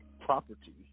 property